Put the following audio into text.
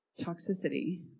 toxicity